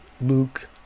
Luke